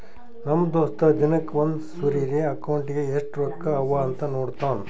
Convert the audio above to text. ನಮ್ ದೋಸ್ತ ದಿನಕ್ಕ ಒಂದ್ ಸರಿರೇ ಅಕೌಂಟ್ನಾಗ್ ಎಸ್ಟ್ ರೊಕ್ಕಾ ಅವಾ ಅಂತ್ ನೋಡ್ತಾನ್